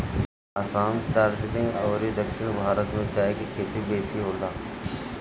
असाम, दार्जलिंग अउरी दक्षिण भारत में चाय के खेती बेसी होला